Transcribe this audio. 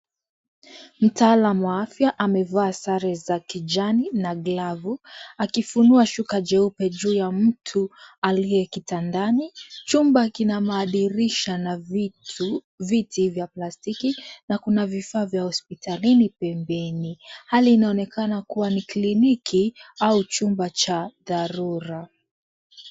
Mtaalam wa afya amevaa sare za kijani na glavu. Akifunua shuka cheupe juu ya mtu aliye kitandani. Chumba kina madirisha na viti vya plastiki na kuna vifaa vya hospitalini pembeni. Hali inaonekana kuwa ni cliniki au chumba cha dharura.